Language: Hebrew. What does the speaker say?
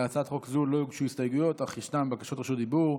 להצעת חוק זו לא הוגשו הסתייגויות אך ישנן בקשות רשות דיבור.